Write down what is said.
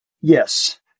yes